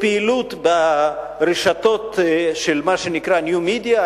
לפעילות ברשתות של מה שנקרא ניו-מדיה,